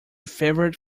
favorite